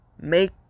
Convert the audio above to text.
make